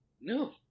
No